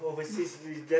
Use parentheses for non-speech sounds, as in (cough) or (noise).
(breath)